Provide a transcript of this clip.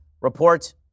reports